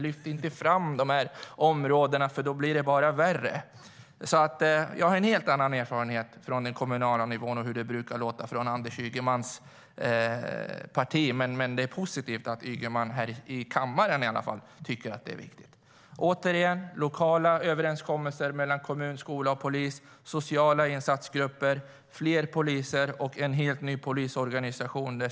Lyft inte fram dessa områden, för då blir det bara värre! Återigen: Det ska vara lokala överenskommelser mellan kommun, skola och polis, sociala insatsgrupper, fler poliser och en ny polisorganisation.